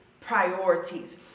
priorities